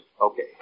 Okay